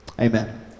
Amen